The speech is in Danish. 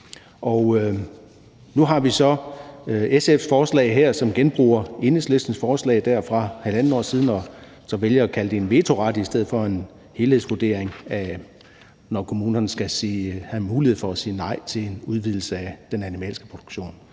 Nu har vi så SF's forslag her, hvor man genbruger Enhedslistens forslag fra for halvandet år siden, og hvor man så vælger at kalde det en vetoret frem for en helhedsvurdering, når kommunerne skal have mulighed for at sige nej til en udvidelse af den animalske produktion.